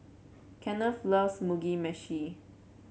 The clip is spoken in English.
Kenneth loves Mugi Meshi